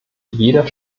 jeder